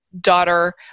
daughter